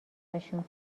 ازشون